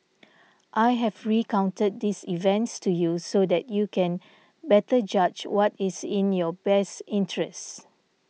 I have recounted these events to you so that you can better judge what is in your best interests